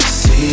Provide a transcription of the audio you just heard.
see